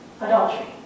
adultery